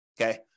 Okay